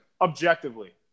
objectively